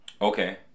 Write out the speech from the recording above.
Okay